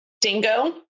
dingo